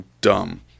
dumb